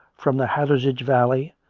from the hathersage valley,